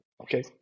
Okay